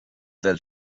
del